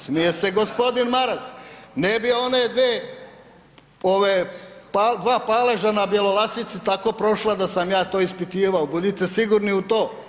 Smije se g. Maras, ne bi one dvije, ona dva paleža na Bjelolasici tako prošla da sam ja to ispitivao, budite sigurni u to.